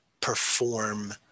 perform